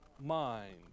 mind